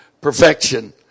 perfection